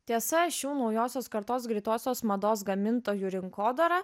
tiesa šių naujosios kartos greitosios mados gamintojų rinkodara